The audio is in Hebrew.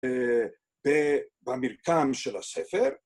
‫במרקם של הספר.